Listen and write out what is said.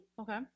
Okay